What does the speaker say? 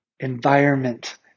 environment